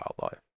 wildlife